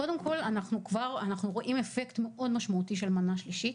קודם כל אנחנו רואים אפקט מאוד משמעותי של מנה שלישית.